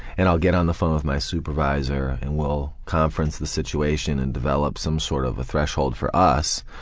and i'll get on the phone with my supervisor and we'll conference the situation and develop some sort of a threshold for us,